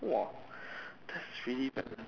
!wah! that's really ver~